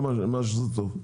זה מה שזה טוב.